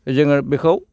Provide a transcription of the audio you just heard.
जोङो बेखौ